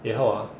eh how